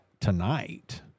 tonight